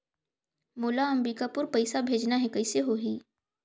मोला अम्बिकापुर पइसा भेजना है, कइसे होही?